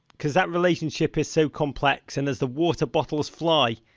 cause that relationship is so complex, and as the water bottles fly,